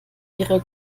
ihrer